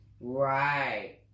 Right